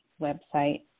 website